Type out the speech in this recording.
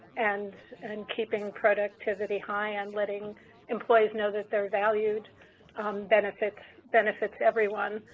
and and keeping productivity high and letting employees know that they are valued benefits benefits everyone.